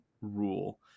rule